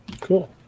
Cool